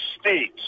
states